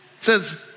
says